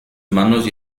humanos